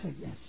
yes